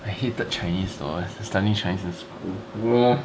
I hated chinese though so studying chinese in school !whoa!